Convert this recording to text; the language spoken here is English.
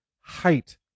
height